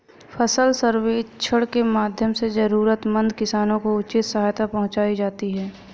फसल सर्वेक्षण के माध्यम से जरूरतमंद किसानों को उचित सहायता पहुंचायी जाती है